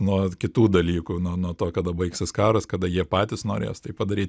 nuo kitų dalykų nuo nuo to kada baigsis karas kada jie patys norės tai padaryt